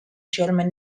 german